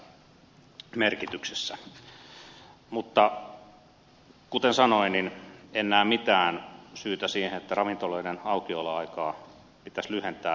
mutta kuten sanoin en näe mitään syytä siihen että ravintoloiden aukioloaikaa pitäisi lyhentää